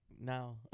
now